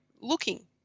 looking